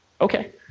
Okay